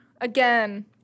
again